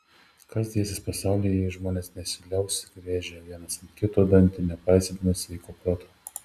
kas dėsis pasaulyje jei žmonės nesiliaus griežę vienas ant kito dantį nepaisydami sveiko proto